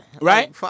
Right